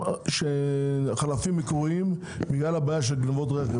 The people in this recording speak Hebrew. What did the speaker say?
על חלפים מקוריים בגלל הבעיה של גניבות רכב,